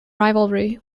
rivalry